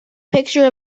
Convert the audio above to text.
picture